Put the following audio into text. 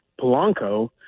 Polanco